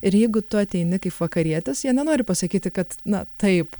ir jeigu tu ateini kaip vakarietis jie nenori pasakyti kad na taip